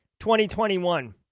2021